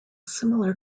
similar